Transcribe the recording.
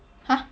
!huh!